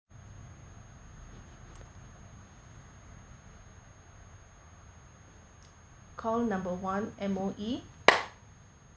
call number one M_O_E